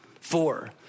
Four